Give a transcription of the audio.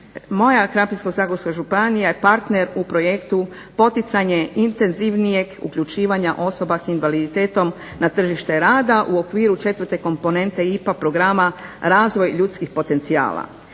Moja Krapinsko-zagorska županija je partner u projektu "Poticanje intenzivnijeg uključivanja osoba s invaliditetom na tržište rada u okviru 4. komponente IPA programa-RAzvoj ljudskih potencijala".